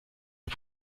die